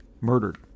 murdered